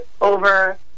over